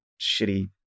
shitty